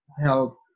help